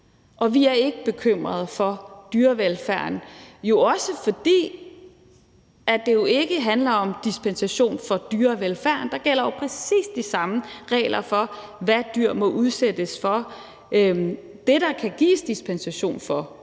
og vi er ikke bekymrede for dyrevelfærden, jo også fordi det ikke handler om dispensation fra dyrevelfærden. Der gælder præcis de samme regler for, hvad dyr må udsættes for. Det, der kan gives dispensation fra, men